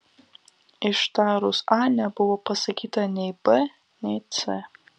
ištarus a nebuvo pasakyta nei b nei c